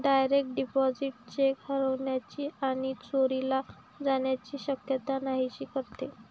direct deposit cheque हरवण्याची आणि चोरीला जाण्याची शक्यता नाहीशी करते